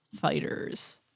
fighters